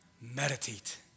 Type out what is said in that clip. Meditate